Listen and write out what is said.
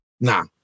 Nah